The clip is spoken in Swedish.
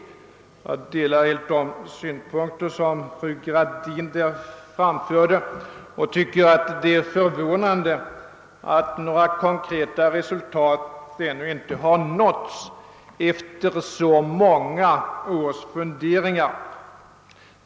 Jag delar helt de synpunkter som fru Gradin framförde och tycker att det är förvånande att några konkreta resultat ännu inte har nåtts efter så många års funderingar.